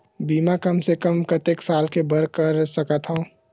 बीमा कम से कम कतेक साल के बर कर सकत हव?